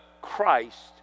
Christ